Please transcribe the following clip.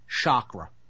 chakra